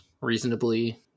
reasonably